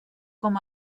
com